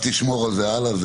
תשמור על זה גם הלאה.